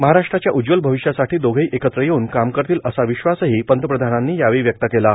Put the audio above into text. महाराष्ट्राच्या उज्ज्वल भविष्यासाठी दोघेही एकत्र येऊन काम करतील असा विश्वासही पंतप्रधानांनी व्यक्त केला आहे